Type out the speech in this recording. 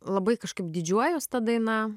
labai kažkaip didžiuojuos ta daina